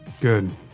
Good